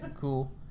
cool